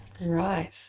Right